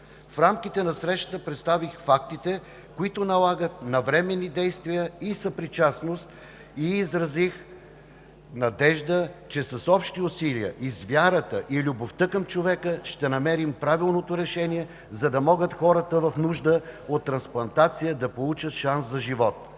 В рамките на срещата представих фактите, които налагат навременни действия и съпричастност, изразих надежда, че с общи усилия, с вярата и с любовта към човека ще намерим правилното решение, за да могат хората в нужда от трансплантация да получат шанс за живот.